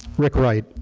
rick wright,